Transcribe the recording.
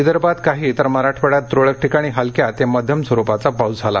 विदर्भात काही तर मराठवाङ्यात तुरळक ठिकाणी हलक्या ते मध्यम स्वरुपाचा पाऊस झाला